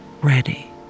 Ready